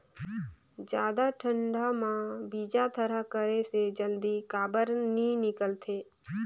जादा ठंडा म बीजा थरहा करे से जल्दी काबर नी निकलथे?